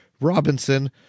Robinson